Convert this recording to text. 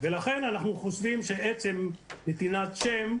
אנחנו חושבים שעצם נתינת שם,